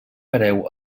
hereu